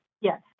Yes